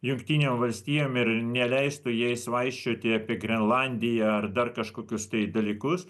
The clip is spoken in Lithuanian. jungtinėm valstijom ir neleistų jai svaisčioti apie grenlandiją ar dar kažkokius tai dalykus